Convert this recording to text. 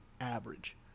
average